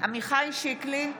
עמיחי שיקלי,